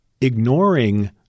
ignoring